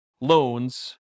loans